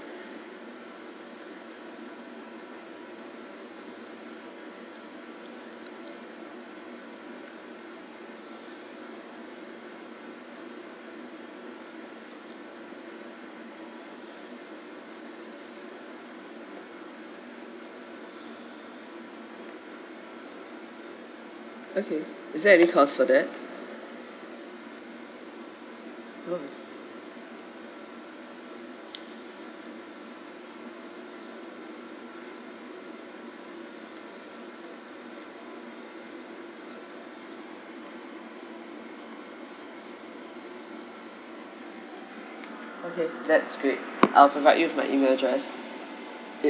okay is there any cost for that oh okay that's great I'll provide you with my email address